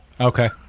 Okay